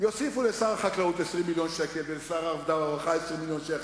יוסיפו לשר החקלאות 20 מיליון שקל ולשר הרווחה 20 מיליון שקל,